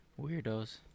weirdos